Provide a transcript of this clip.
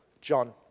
John